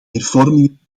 hervormingen